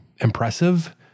impressive